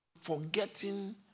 forgetting